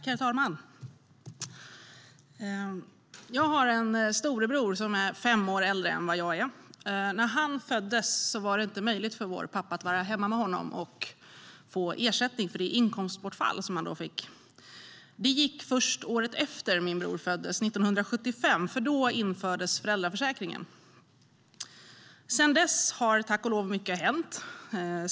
Herr talman! Jag har en storebror som är fem år äldre än jag. När han föddes var det inte möjligt för vår pappa att vara hemma med honom och få ersättning för inkomstbortfallet. Det gick först året efter det att min bror föddes, 1975, för då infördes föräldraförsäkringen. Sedan dess har tack och lov mycket hänt.